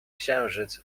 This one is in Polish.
księżyc